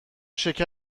شکر